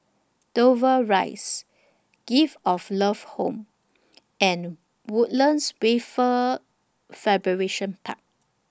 Dover Rise Gift of Love Home and Woodlands Wafer Fabrication Park